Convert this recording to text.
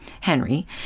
Henry